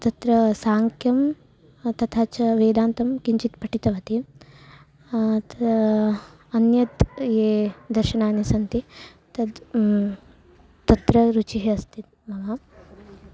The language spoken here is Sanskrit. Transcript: तत्र साङ्ख्यं तथा च वेदान्तं किञ्चित् पठितवती तानि अन्यानि यानि दर्शनानि सन्ति तत्र तत्र रुचिः अस्ति मम